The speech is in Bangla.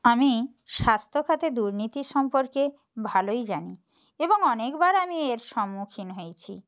আমি স্বাস্থ্য খাতে দুর্নীতির সম্পর্কে ভালোই জানি এবং অনেকবার আমি এর সম্মুখীন হয়েছি